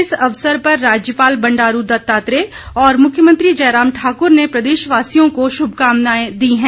इस अवसर पर राज्यपाल बंडारू दत्तात्रेय और मुख्यमंत्री जयराम ठाक्र ने प्रदेशवासियों को श्भकामनाएं दी है